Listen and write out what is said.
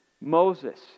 Moses